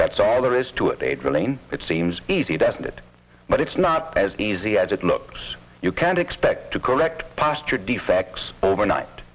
that's all there is to it a drilling it seems easy doesn't it but it's not as easy as it looks you can't expect to correct posture defects overnight